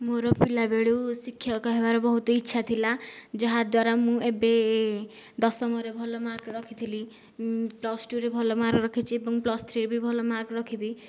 ମୋର ପିଲାବେଳୁ ଶିକ୍ଷକ ହେବାର ବହୁତ ଇଚ୍ଛା ଥିଲା ଯାହା ଦ୍ୱାରା ମୁଁ ଏବେ ଦଶମରେ ଭଲ ମାର୍କ ରଖିଥିଲି ପ୍ଲସ୍ ଟୁରେ ଭଲ ମାର୍କ ରଖିଛି ଏବଂ ପ୍ଲସ୍ ଥ୍ରୀରେ ବି ଭଲ ମାର୍କ ରଖିବି